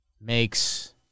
Makes